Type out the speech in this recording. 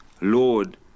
lord